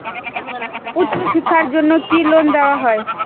উচ্চশিক্ষার জন্য কি লোন দেওয়া হয়?